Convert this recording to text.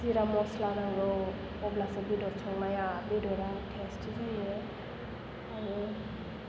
जिरा मस्ला नांगौ अब्लासो बेदर संनाया बेदरा टेस्टि जायो आरो